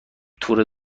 تور